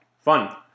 fun